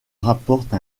rapporte